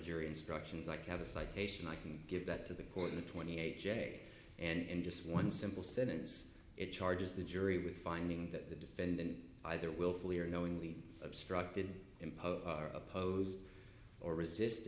jury instructions like i have a citation i can give that to the court in the twenty a j and just one simple sentence it charges the jury with finding that the defendant either willfully or knowingly obstructed imposed opposed or resist